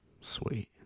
Sweet